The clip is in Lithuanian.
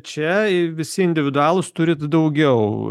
čia visi individualūs turit daugiau